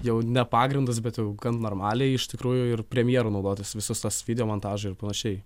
jau ne pagrindus bet jau gan normaliai iš tikrųjų ir premjeru naudotis visus tuos video montažą ir panašiai